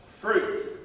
fruit